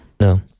No